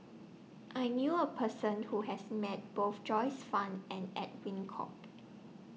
I knew A Person Who has Met Both Joyce fan and Edwin Koek